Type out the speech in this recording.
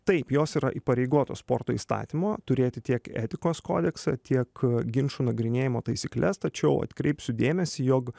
taip jos yra įpareigotos sporto įstatymo turėti tiek etikos kodeksą tiek ginčų nagrinėjimo taisykles tačiau atkreipsiu dėmesį jog